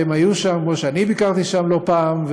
והם היו שם כמו שאני ביקרתי שם לא פעם.